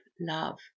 love